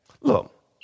Look